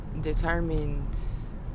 determines